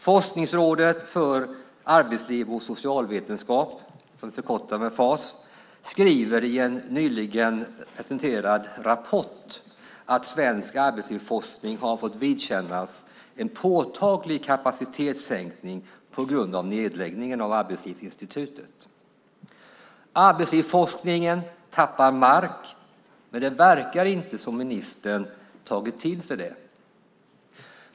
Forskningsrådet för arbetsliv och socialvetenskap, FAS, skriver i en nyligen presenterad rapport att svensk arbetslivsforskning har fått vidkännas en påtaglig kapacitetssänkning på grund av nedläggningen av Arbetslivsinstitutet. Arbetslivsforskningen tappar mark, men det verkar inte som om ministern tagit till sig det.